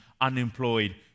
unemployed